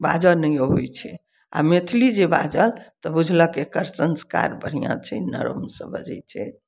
बाजऽ नहि आबै छै आ मैथली जे बाजत तऽ बुझलक एकर संस्कार बढ़ि छै नरम सए बजय छै